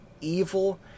evil